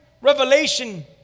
revelation